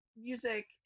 music